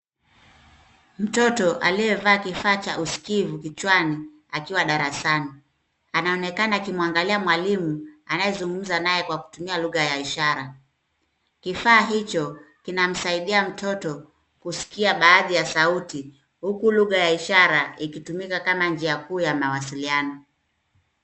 Mtoto aliyevaa kifaa cha usikivu kichwani akiwa darasani, anaonekana akimwangalia mwalimu anayezungumza na yeye kwa kutumia lugha ya ishara .Kifaa hicho kinamsaidia mtoto kusikia baadhi ya sauti huku lugha ya ishara ikitumika kama njia kuu ya mawasiliano.